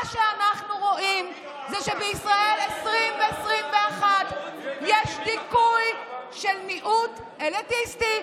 מה שאנחנו רואים זה שבישראל 2021 יש דיכוי של מיעוט אליטיסטי,